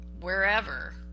wherever